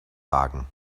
wagen